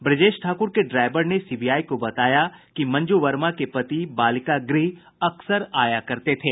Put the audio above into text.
ब्रजेश ठाकुर के ड्राईवर ने सीबीआई को बताया कि मंजू वर्मा के पति बालिका गृह अक्सर आया करते थे